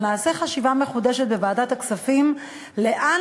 שנעשה חשיבה מחודשת בוועדת הכספים לאן